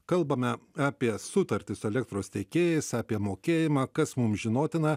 kalbame apie sutartį su elektros tiekėjais apie mokėjimą kas mums žinotina